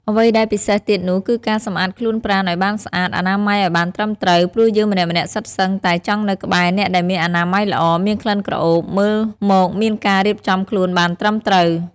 អ្វីដែលពិសេសទៀតនោះគឺការសម្អាតខ្លួនប្រាណឱ្យបានស្អាត អនាម័យឱ្យបានត្រឹមត្រូវ ព្រោះយើងម្នាក់ៗសុទ្ធសឹងតែចង់នៅក្បែរអ្នកដែលមានអនាម័យល្អ មានក្លិនក្រអូប មើលមកមានការរៀបចំខ្លួនបានត្រឹមត្រូវ។